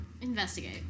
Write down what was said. Investigate